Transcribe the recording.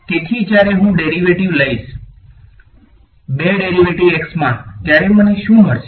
તેથી જ્યારે હું ડેરિવેટિવ લઈશ બે ડેરિવેટિવ્ઝ x માં ત્યારે મને શું મળશે